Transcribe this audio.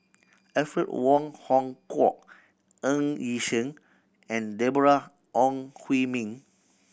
Alfred Wong Hong Kwok Ng Yi Sheng and Deborah Ong Hui Min